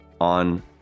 on